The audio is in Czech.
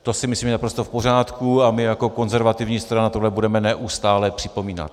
To si myslím, že je naprosto v pořádku a my jako konzervativní strana tohle budeme neustále připomínat.